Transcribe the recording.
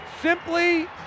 simply